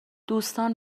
دوستان